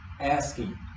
asking